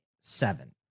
seven